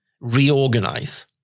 reorganize